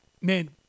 man